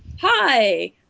hi